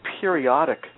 periodic